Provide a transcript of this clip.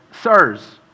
Sirs